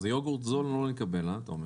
אז יוגורט זול לא נקבל, הא, אתה אומר?